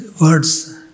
words